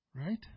Right